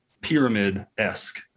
pyramid-esque